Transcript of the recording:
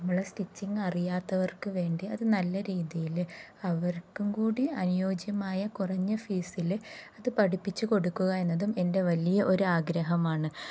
നമ്മള് സ്റ്റിച്ചിങ് അറിയാത്തവർക്കു വേണ്ടി അതു നല്ല രീതിയില് അവർക്കും കൂടി അനുയോജ്യമായ കുറഞ്ഞ ഫീസില് അതു പഠിപ്പിച്ചുകൊടുക്കുക എന്നതും എൻ്റെ വലിയ ഒരാഗ്രഹമാണ്